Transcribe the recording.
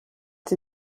sie